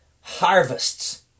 harvests